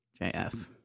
JF